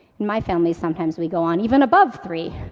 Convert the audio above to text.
in my family sometimes we go on even above three.